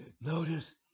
Notice